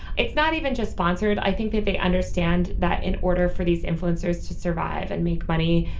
it's not even just sponsored. i think that they understand that in order for these influencers to survive and make money,